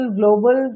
global